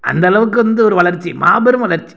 அந்த அளவுக்கு வந்து ஒரு வளர்ச்சி மாபெரும் வளர்ச்சி